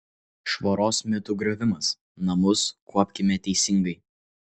švaros mitų griovimas namus kuopkime teisingai